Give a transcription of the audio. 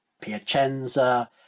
Piacenza